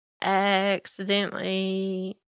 Accidentally